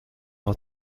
will